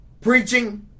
Preaching